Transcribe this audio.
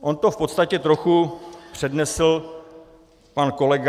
On to v podstatě trochu přednesl pan kolega.